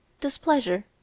Displeasure